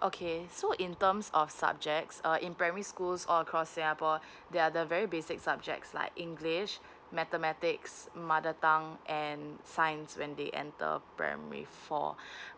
okay so in terms of subjects uh in primary schools all across singapore there are the very basic subjects like english mathematics mother tongue and science when they enter primary four